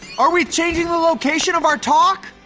are we changing the location of our talk?